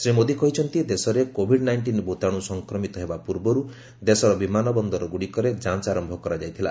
ଶ୍ରୀ ମୋଦି କହିଛନ୍ତି ଦେଶରେ covid nineteen ଭୂତାଣୁ ସଂକ୍ରମିତ ହେବା ପୂର୍ବରୁ ଦେଶର ବିମାନ ବନ୍ଦରଗୁଡ଼ିକରେ ଯାଞ୍ଚ ଆରମ୍ଭ କରାଯାଇଥିଲା